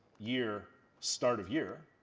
year, start of year,